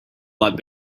lot